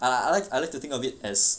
I I I I like to think of it as